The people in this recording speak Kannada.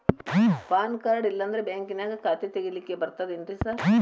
ಪಾನ್ ಕಾರ್ಡ್ ಇಲ್ಲಂದ್ರ ಬ್ಯಾಂಕಿನ್ಯಾಗ ಖಾತೆ ತೆಗೆಲಿಕ್ಕಿ ಬರ್ತಾದೇನ್ರಿ ಸಾರ್?